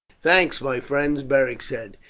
thanks, my friends, beric said.